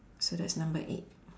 so that's number eight